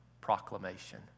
proclamation